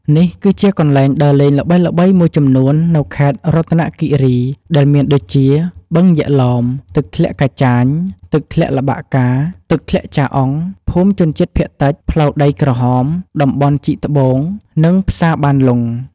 នេះគឺជាកន្លែងដើរលេងល្បីៗមួយចំនួននៅខេត្តរតនគិរីដែលមានដូចជា បឹងយក្សឡោម ទឹកធ្លាក់កាចាញ ទឹកធ្លាក់ល្បាក់កា ទឹកធ្លាក់ចាអុង ភូមិជនជាតិភាគតិច ផ្លូវដីក្រហម តំបន់ជីកត្បូង និង ផ្សារបានលុង ។